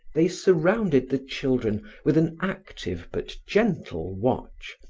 they surrounded the children with an active but gentle watch,